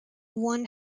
one